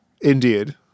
indeed